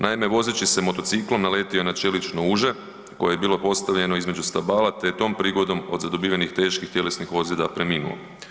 Naime, vozeći se motociklom naletio je na čelično uže koje je bilo postavljeno između stabala te je tom prigodom od zadobivenim teških tjelesnih ozljeda preminuo.